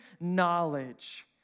knowledge